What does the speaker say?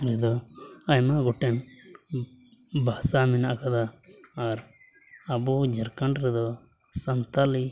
ᱨᱮᱫᱚ ᱟᱭᱢᱟ ᱜᱚᱴᱟᱝ ᱵᱷᱟᱥᱟ ᱢᱮᱱᱟᱜ ᱟᱠᱟᱫᱟ ᱟᱨ ᱟᱵᱚ ᱡᱷᱟᱲᱠᱷᱚᱸᱰ ᱨᱮᱫᱚ ᱥᱟᱱᱛᱟᱲᱤ